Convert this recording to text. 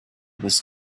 was